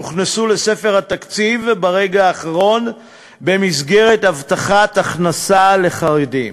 הוכנסו לספר התקציב ברגע האחרון במסגרת הבטחת הכנסה לחרדים.